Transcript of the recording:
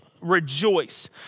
rejoice